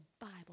Bible